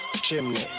Chimney